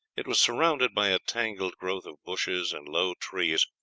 it was surrounded by a tangled growth of bushes and low trees,